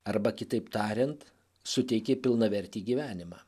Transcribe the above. arba kitaip tariant suteikė pilnavertį gyvenimą